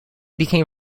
became